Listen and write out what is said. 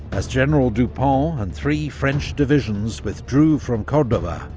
as general dupont and three frenc h divisions withdrew from cordoba,